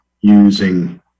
using